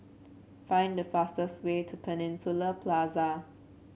find the fastest way to Peninsula Plaza